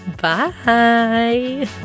Bye